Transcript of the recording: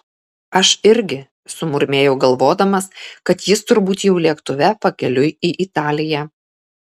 aš irgi sumurmėjau galvodamas kad jis turbūt jau lėktuve pakeliui į italiją